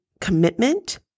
commitment